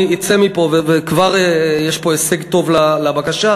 אני אצא מפה, וכבר יש פה הישג טוב לבקשה.